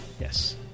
Yes